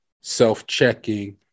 self-checking